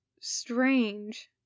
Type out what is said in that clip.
strange